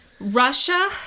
Russia